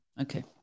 Okay